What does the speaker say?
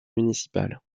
municipal